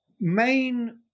main